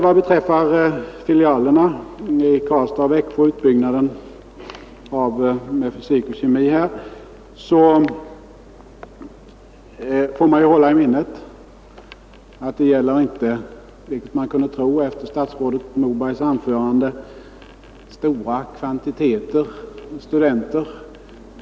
Vad beträffar utbyggnaden med fysik och kemi vid filialerna i Karlstad och Växjö får man hålla i minnet att det inte gäller — vilket man kunde tro efter statsrådet Mobergs anförande — stora kvantiteter studenter.